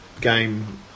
game